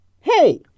Hey